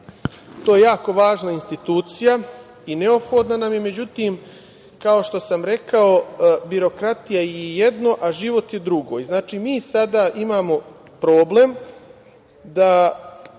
to je jako važna institucija i neophodna nam je. Međutim, kao što sam rekao, birokratija je jedno a život je drugo. Znači, mi sada imamo problem, kada